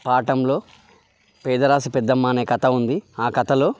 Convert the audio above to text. పాఠంలో పేదరాశి పెద్దమ్మ అనే కథ ఉంది ఆ కథలో